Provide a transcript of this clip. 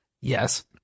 Yes